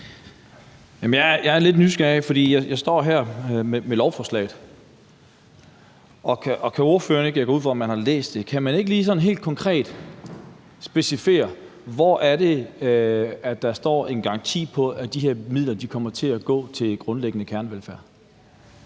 Jeg er lidt nysgerrig, for jeg står her med lovforslaget, og kan ordføreren ikke – jeg går ud fra, man har læst det – sådan helt konkret specificere, hvor det er, at der står en garanti for, at de her midler kommer til at gå til grundlæggende kernevelfærd?